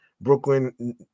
Brooklyn